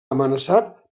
amenaçat